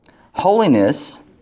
Holiness